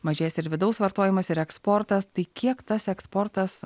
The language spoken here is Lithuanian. mažės ir vidaus vartojimas ir eksportas tai kiek tas eksportas